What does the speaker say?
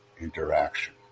interaction